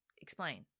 explain